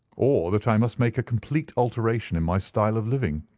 or that i must make a complete alteration and my style of living.